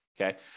Okay